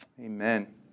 Amen